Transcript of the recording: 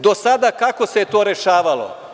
Do sada kako se to rešavalo?